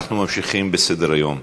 אנחנו ממשיכים בסדר-היום.